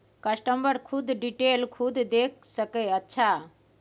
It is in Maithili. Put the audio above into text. कस्टमर खुद डिटेल खुद देख सके अच्छा